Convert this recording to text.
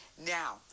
Now